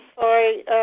sorry